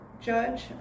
judge